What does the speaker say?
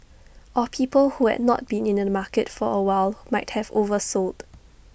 or people who had not been in the market for A while might have oversold